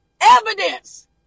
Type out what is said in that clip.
evidence